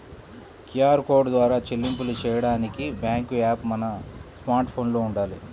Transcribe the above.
QR code ద్వారా చెల్లింపులు చెయ్యడానికి బ్యేంకు యాప్ మన స్మార్ట్ ఫోన్లో వుండాలి